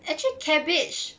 actually cabbage